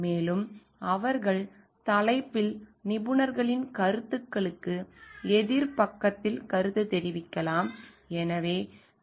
மேலும் அவர்கள் தலைப்பில் நிபுணர்களின் கருத்துக்களுக்கு எதிர் பக்கத்தில் கருத்து தெரிவிக்கலாம்